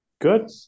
good